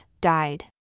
died